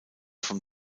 vom